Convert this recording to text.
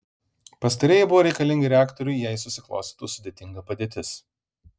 pastarieji buvo reikalingi reaktoriui jei susiklostytų sudėtinga padėtis